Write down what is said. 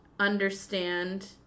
understand